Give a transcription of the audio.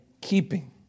keeping